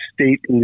state